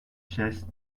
chess